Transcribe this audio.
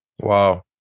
Wow